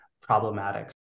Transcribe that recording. problematic